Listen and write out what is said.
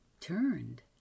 turned